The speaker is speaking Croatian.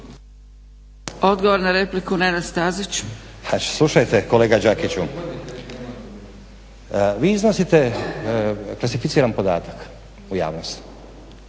Odgovor na repliku, Nenad Stazić. **Stazić, Nenad (SDP)** Pa slušajte kolega Đakiću, vi iznosite klasificiran podatak u javnost.